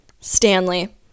Stanley